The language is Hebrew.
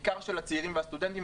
בעיקר של הצעירים והסטודנטים,